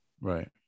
right